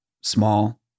small